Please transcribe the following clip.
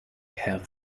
have